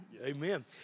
Amen